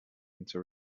into